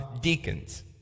deacons